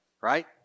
Right